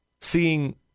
seeing